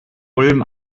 ulm